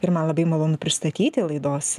ir man labai malonu pristatyti laidos